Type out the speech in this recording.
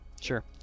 Sure